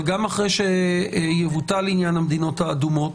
גם אחרי שיבוטל עניין המדינות האדומות,